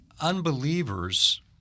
unbelievers